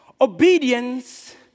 Obedience